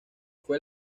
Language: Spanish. fue